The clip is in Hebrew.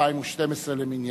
תוכן